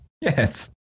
Yes